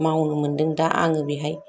मावनो मोनदों आङो दा बेवहाय